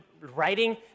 writing